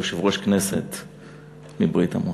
יושב-ראש כנסת מברית-המועצות,